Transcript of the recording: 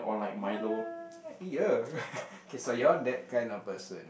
what !ee-yer! kay so you're that kind of person